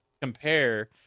compare